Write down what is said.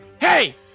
Hey